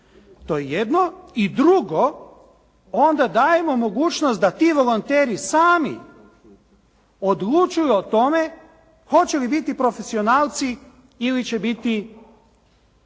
To je jedno. I drugo, onda dajemo mogućnost da ti volonteri sami odlučuju o tome hoće li biti profesionalci ili će biti